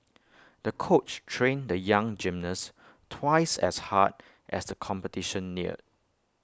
the coach trained the young gymnast twice as hard as the competition neared